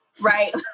right